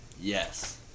Yes